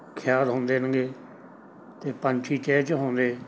ਖਿਆਲ ਹੁੰਦੇ ਨੇਗੇ ਅਤੇ ਪੰਛੀ ਚਹਿਚਹਾਉਂਦੇ